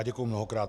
Děkuji mnohokrát.